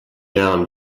down